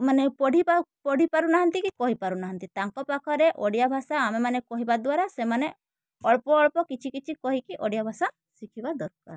ମାନେ ପଢ଼ିପା ପଢ଼ିପାରୁ ନାହାଁନ୍ତି କି କହିପାରୁ ନାହାଁନ୍ତି ତାଙ୍କ ପାଖରେ ଓଡ଼ିଆ ଭାଷା ଆମେମାନେ କହିବା ଦ୍ଵାରା ସେମାନେ ଅଳ୍ପ ଅଳ୍ପ କିଛି କିଛି କହିକି ଓଡ଼ିଆ ଭାଷା ଶିଖିବା ଦରକାର